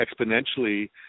exponentially